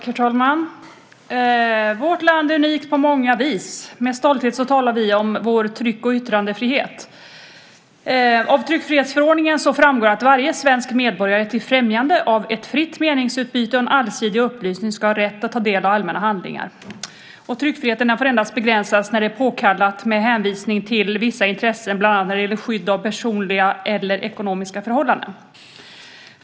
Herr talman! Vårt land är unikt på många vis. Med stolthet talar vi om vår tryck och yttrandefrihet. Av tryckfrihetsförordningen framgår att varje svensk medborgare till främjande av ett fritt meningsutbyte och en allsidig upplysning ska ha rätt att ta del av allmänna handlingar. Tryckfriheten får begränsas endast när det är påkallat med hänvisning till vissa intressen bland annat när det gäller personliga eller ekonomiska förhållanden.